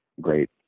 great